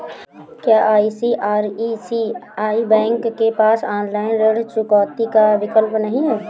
क्या ICICI bank के पास ऑनलाइन ऋण चुकौती का विकल्प नहीं है?